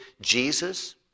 Jesus